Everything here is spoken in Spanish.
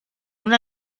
una